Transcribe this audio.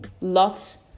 Lots